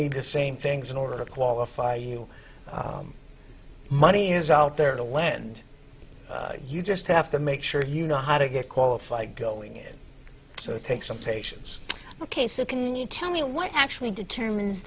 need the same things in order to qualify you money is out there to lend you just have to make sure you know how to get qualified going in so it takes some patients ok so can you tell me what actually determines